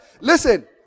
Listen